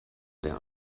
der